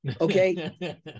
okay